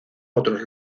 otros